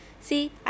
See